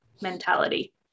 mentality